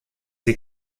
die